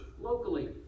locally